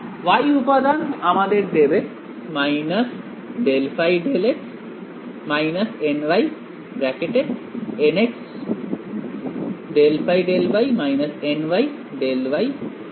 y উপাদান আমাদের দেবে ∂ϕ∂x nynx ∂ϕ∂y ny∂ϕ∂x